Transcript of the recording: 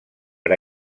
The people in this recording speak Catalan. per